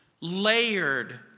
Layered